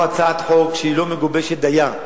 או הצעת חוק שהיא לא מגובשת דיה.